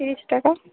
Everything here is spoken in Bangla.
তিরিশ টাকা